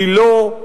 גילו,